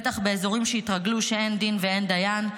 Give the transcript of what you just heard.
בטח באזורים שהתרגלו שאין דין ואין דיין,